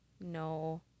no